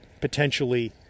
potentially